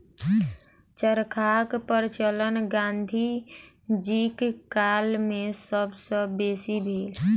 चरखाक प्रचलन गाँधी जीक काल मे सब सॅ बेसी भेल